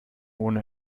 ohne